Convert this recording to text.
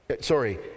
sorry